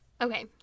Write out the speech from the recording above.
Okay